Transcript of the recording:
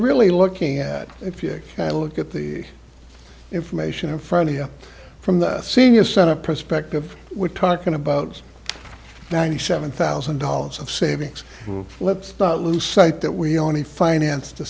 really looking at if you look at the information in front of you from the senior center perspective we're talking about ninety seven thousand dollars of savings let's not lose sight that we only financed the